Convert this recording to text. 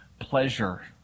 pleasure